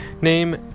Name